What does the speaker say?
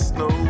no